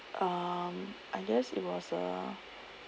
um I guess it was a